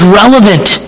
relevant